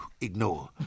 ignore